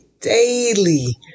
daily